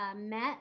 met